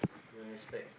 in respect